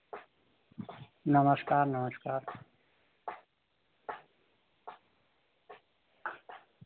नमस्कार नमस्कार